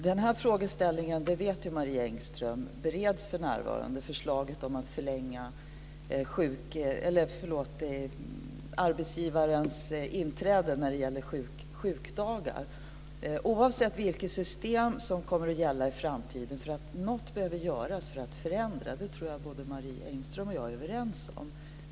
Fru talman! Marie Engström vet att den här frågan för närvarande bereds, dvs. förslaget om att förlänga arbetsgivarens inträde när det gäller sjukdagar. Oavsett vilket system som kommer att gälla i framtiden så behöver något göras för att det ska bli en förändring, det tror jag att både Marie Engström och jag är överens om.